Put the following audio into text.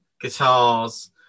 guitars